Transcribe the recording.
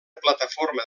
plataforma